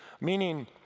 meaning